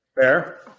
Fair